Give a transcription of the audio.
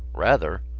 rather!